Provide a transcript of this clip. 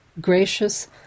gracious